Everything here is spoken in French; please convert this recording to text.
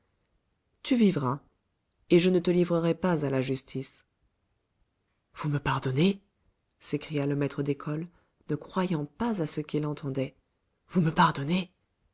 tu vivras et je ne te livrerai pas a la justice vous me pardonnez s'écria le maître d'école ne croyant pas à ce qu'il entendait vous me pardonnez